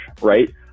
right